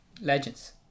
Legends